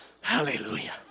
Hallelujah